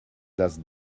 dass